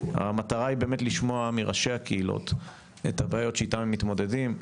המטרה היא באמת לשמוע מראשי הקהילות את הבעיות שאיתן הם מתמודדים.